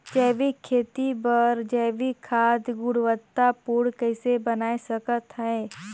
जैविक खेती बर जैविक खाद गुणवत्ता पूर्ण कइसे बनाय सकत हैं?